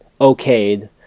okayed